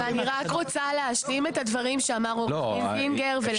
אני רק רוצה להשלים את הדברים שאמר עורך דין זינגר ולהשיב.